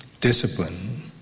discipline